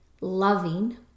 loving